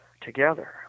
together